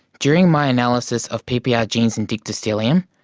during my analysis of ppr genes in dictyostelium,